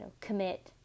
commit